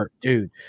Dude